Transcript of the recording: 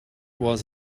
was